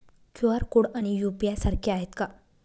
QR code आणि UPI सारखे आहेत का?